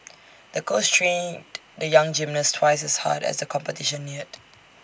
the coach trained the young gymnast twice as hard as the competition neared